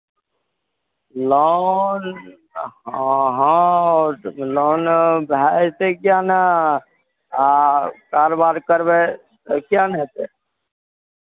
loan हँ हँ loan भए जेतै किएक ने अहाँ कारबार करबै तऽ किएक ने हेतै